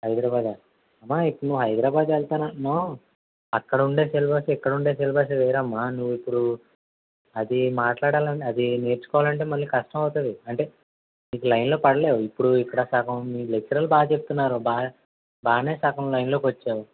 హైదరబాదా అమ్మా ఇప్పుడు నువ్వు హైదరాబాదు వెళ్తానంటున్నావు అక్కడ ఉండే సిలబస్ ఇక్కడ ఉండే సిలబస్ వేరమ్మా నువ్వు ఇప్పుడు అది మాట్లాడాలి అది నేర్చుకోవాలి అంటే మళ్ళీ కష్టము అవుతుంది అంటే నీకు లైన్లో పడలేవు ఇప్పుడు ఇక్కడ సగం మీ లెక్చరర్లు బాగా చెప్తున్నారు బాగా బాగానే సగం లైన్లోకి వచ్చావు